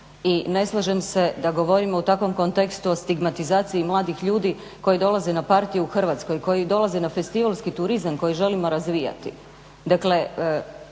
I ne slažem se da govorimo o takvom kontekstu o stigmatizaciji mladih ljudi koji dolaze na partije u Hrvatsku i koji dolaze na festivalski turizam koji želimo razvijati.